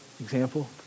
example